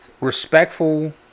Respectful